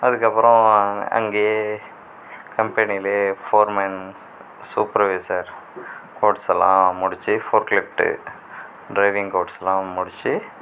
அதுக்கப்புறம் அங்கேயே கம்பெனிலையே ஃபோர்மேன் சூப்பர்வைசர் கோர்ஸ் எல்லாம் முடிச்சு ஃபோர்க்லிஃப்ட்டு ட்ரைவிங் கோர்ஸெலாம் முடிச்சு